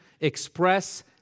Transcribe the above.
express